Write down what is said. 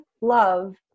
love